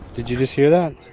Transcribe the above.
did you just hear that?